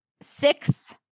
six